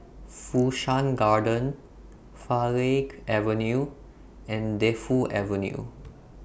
Fu Shan Garden Farleigh Avenue and Defu Avenue